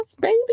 baby